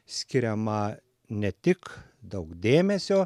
skiriama ne tik daug dėmesio